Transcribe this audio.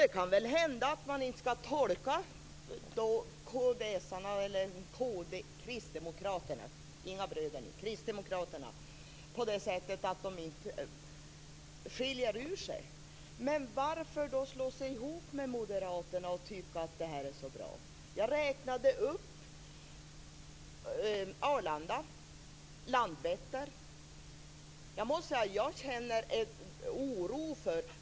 Det kan väl hända att man inte skall tolka Kristdemokraterna på det sättet att de inte skiljer ut sig. Men varför slår de då sig ihop med Moderaterna och tycker att detta är så bra? Jag räknade upp Arlanda och Landvetter. Jag måste säga att jag känner oro.